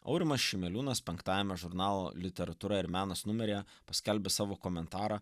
aurimas šimeliūnas penktajame žurnalo literatūra ir menas numeryje paskelbė savo komentarą